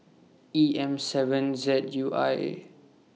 E M seven Z U I